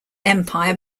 empire